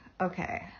okay